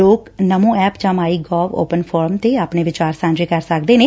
ਲੋਕ ਨਸੋ ਐਪ ਜਾਂ ਮਾਈ ਗਾੱਵ ਓਪਨ ਫੋਰਮ ਤੇ ਆਪਣੇ ਵਿਚਾਰ ਸਾਂਝੇ ਕਰ ਸਕਦੇ ਨੇ